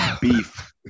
beef